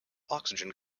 oxygen